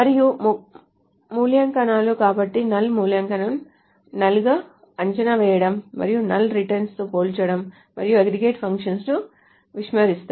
మరియు మూల్యాంకనాలు కాబట్టి నల్ మూల్యాంకనం నల్ గా అంచనా వేయడం మరియు నల్ రిటర్న్స్ తో పోల్చడం మరియు అగ్రిగేట్ ఫంక్షన్స్ ను విస్మరిస్తాయి